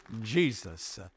Jesus